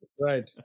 right